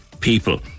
people